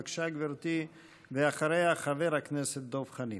בבקשה, גברתי, ואחריה, חבר הכנסת דב חנין.